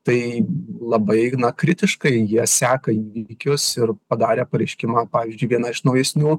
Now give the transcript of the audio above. tai labai na kritiškai jie seka įvykius ir padarė pareiškimą pavyzdžiui vieną iš naujesnių